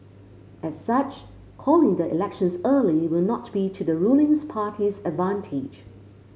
as such calling the elections early will not be to the ruling party's advantage